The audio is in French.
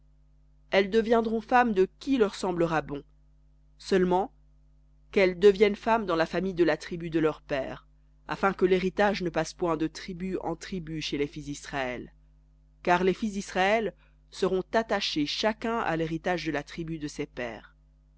elles deviendront femmes de qui leur semblera bon seulement qu'elles deviennent femmes dans la famille de la tribu de leurs pères afin que l'héritage ne passe point de tribu en tribu chez les fils d'israël car les fils d'israël seront attachés chacun à l'héritage de la tribu de ses pères